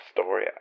story